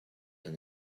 and